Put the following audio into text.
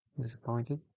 disappointed